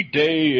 day